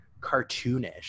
cartoonish